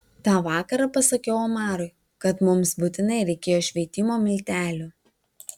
tą vakarą pasakiau omarui kad mums būtinai reikėjo šveitimo miltelių